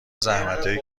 زحمتایی